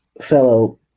fellow